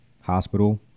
hospital